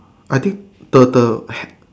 I think the the hair